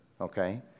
okay